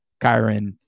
Kyron